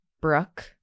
Brooke